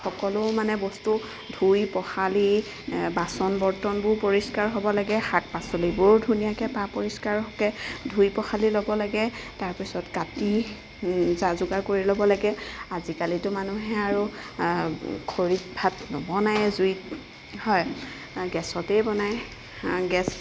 সকলো মানে বস্তু ধুই পখালি বাচন বৰ্তনবোৰ পৰিষ্কাৰ হ'ব লাগে শাক পাচলিবোৰো ধুনীয়াকৈ পা পৰিষ্কাৰকৈ ধুই পখালি ল'ব লাগে তাৰপিছত কাটি যা যোগাৰ কৰি ল'ব লাগে আজিকালিতো মানুহে আৰু খৰিত ভাত নবনায়ে জুইত হয় গেছতেই বনায় গেছ